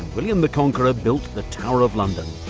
william the conqueror built the tower of london,